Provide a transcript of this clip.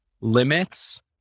limits